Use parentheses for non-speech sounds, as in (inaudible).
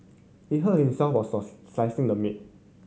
he hurt himself while (unintelligible) slicing the meat